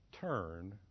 turn